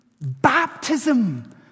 baptism